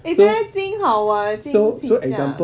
eh 现在金好 [what] 金起价